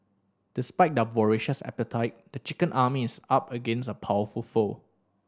despite their voracious appetite the chicken army is up against a powerful foe